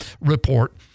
report